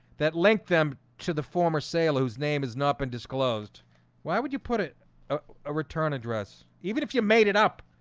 that linked them to the former sail whose name has not been disclosed why would you put it a return address even if you made it up?